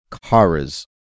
Kara's